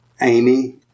Amy